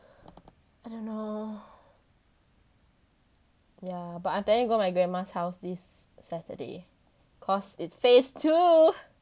I don't know ya but I planning to go my grandma's house this saturday cause its phase two